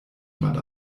jemand